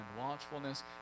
watchfulness